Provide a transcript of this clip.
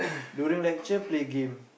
during lecture play game